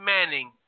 Manning